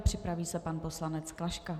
Připraví se pan poslanec Klaška.